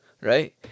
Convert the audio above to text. right